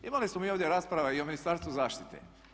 Imali smo mi ovdje rasprava i o Ministarstvu zaštite.